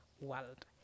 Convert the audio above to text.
world